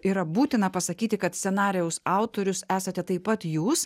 yra būtina pasakyti kad scenarijaus autorius esate taip pat jūs